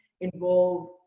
involve